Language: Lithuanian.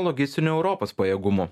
logistinių europos pajėgumų